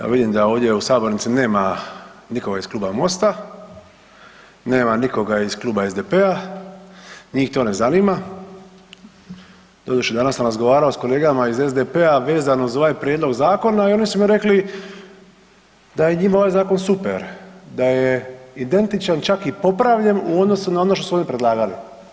Evo vidim da ovdje u sabornici nema nikoga iz kluba Mosta, nema nikoga iz kluba SDP-a, njih to ne zanima, doduše danas sam razgovarao sa kolegama iz SDP-a vezano za ovaj prijedlog zakona i oni su mi rekli da je njima ovaj zakon super, da je identičan, čak i popravljen u odnosu na ono što su oni predlagali.